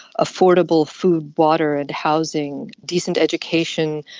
affordable food, water and housing, decent education,